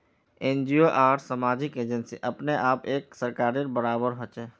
NGO आर सामाजिक agency अपने आप एक सरकारेर बराबर हछेक